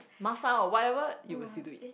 麻烦 or whatever you will still do it